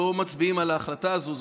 לא מצביעים על ההחלטה הזאת,